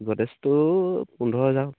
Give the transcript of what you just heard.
গদ্ৰেজটো পোন্ধৰ হাজাৰ